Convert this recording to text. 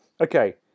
Okay